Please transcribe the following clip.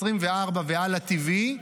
ערוץ 24 וערוץ הלא TV,